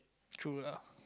true lah